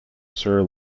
sir